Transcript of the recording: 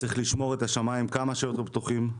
וצריך לשמור שהשמיים יהיו כמה שיותר פתוחים,